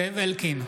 (קורא בשמות חברי הכנסת) זאב אלקין,